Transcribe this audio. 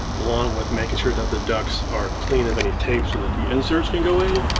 along with making sure that the ducts are clean of any tape so that the inserts can go in,